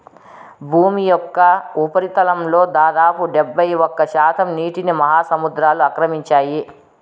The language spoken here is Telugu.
భూమి యొక్క ఉపరితలంలో దాదాపు డెబ్బైఒక్క శాతం నీటిని మహాసముద్రాలు ఆక్రమించాయి